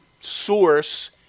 source